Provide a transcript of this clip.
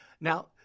Now